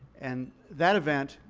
and that event,